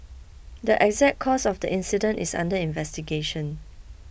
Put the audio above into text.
the exact cause of the incident is under investigation